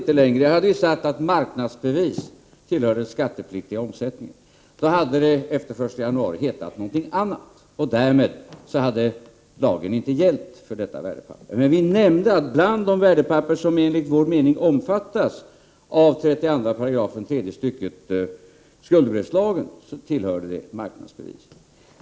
Hade vi sagt att handeln med marknadsbevis tillhör den skattepliktiga omsättningen, hade marknadsbevisen efter den 1 januari hetat någonting annat. Därmed hade lagen inte gällt för dessa värdepapper. Men vi nämnde att bland de värdepapper som omfattas av 32 § tredje stycket skuldebrevslagen är marknadsbevisen.